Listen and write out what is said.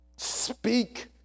Speak